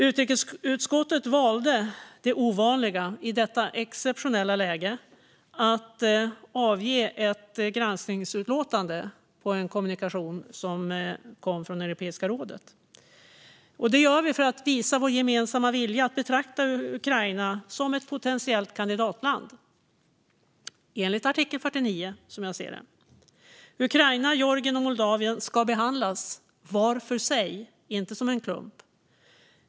Utrikesutskottet valde det ovanliga i detta exceptionella läge, att avge ett granskningsutlåtande om en kommunikation från Europeiska rådet. Det gör vi, som jag ser det, för att visa vår gemensamma vilja att betrakta Ukraina som ett potentiellt kandidatland enligt artikel 49. Ukrainas, Georgiens och Moldaviens ansökningar om medlemskap i EU Ukraina, Georgien och Moldavien ska behandlas var för sig, inte som en klump.